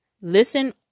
Listen